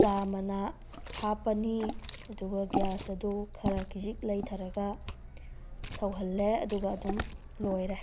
ꯆꯥꯃꯅꯥ ꯍꯥꯞꯄꯅꯤ ꯑꯗꯨꯒ ꯒ꯭ꯌꯥꯁ ꯑꯗꯨ ꯈꯔ ꯈꯖꯤꯛ ꯂꯩꯊꯔꯒ ꯁꯧꯍꯜꯂꯦ ꯑꯗꯨꯒ ꯑꯗꯨꯝ ꯂꯣꯏꯔꯦ